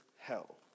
hell